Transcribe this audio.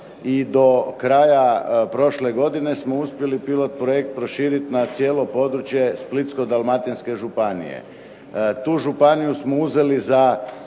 i do kraja prošle godine smo uspjeli pilot projekt proširiti na cijelo područje Splitsko-dalmatinske županije. Tu županiju smo uzeli za